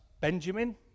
Benjamin